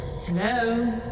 Hello